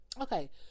Okay